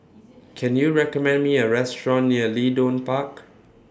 Can YOU recommend Me A Restaurant near Leedon Park